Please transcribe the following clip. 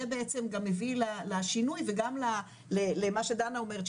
בעצם גם מביא לשינוי וגם מה שדנה אומרת,